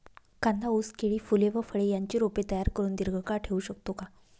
कांदा, ऊस, केळी, फूले व फळे यांची रोपे तयार करुन दिर्घकाळ ठेवू शकतो का?